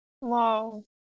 Wow